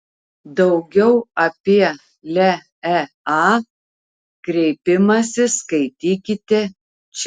daugiau apie leea kreipimąsi skaitykite čia